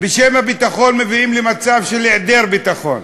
בשם הביטחון, מביאים למצב של היעדר ביטחון,